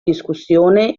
discussione